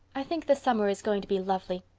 i think the summer is going to be lovely.